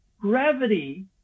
gravity